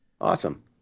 awesome